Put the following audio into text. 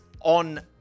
on